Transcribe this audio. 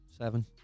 Seven